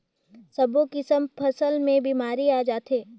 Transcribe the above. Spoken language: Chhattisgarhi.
सब्बो किसम फसल मे बेमारी आ जाथे